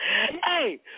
Hey